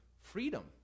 freedom